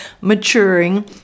maturing